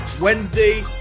Wednesday